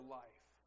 life